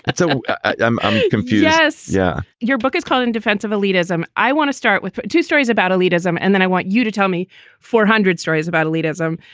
and so i'm i'm confused yes. yeah. your book is called in defense of elitism. i want to start with but two stories about elitism and then i want you to tell me four hundred stories about elitism.